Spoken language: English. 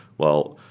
well,